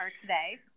today